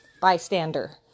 Bystander